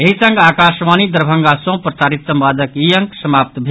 एहि संग आकाशवाणी दरभंगा सँ प्रसारित संवादक ई अंक समाप्त भेल